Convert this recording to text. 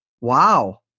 Wow